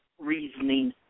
reasoning